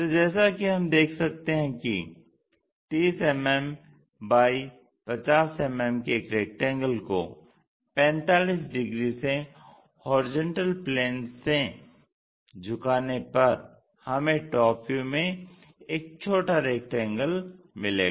तो जैसा कि हम देख सकते हैं कि 30 mm x 50 mm के एक रेक्टेंगल को 45 डिग्री से HP से झुकाने पर हमें TV में एक छोटा रेक्टेंगल मिलेगा